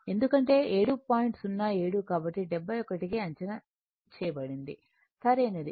07 కాబట్టి 71 అంచనా వేయబడింది సరైనది